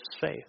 faith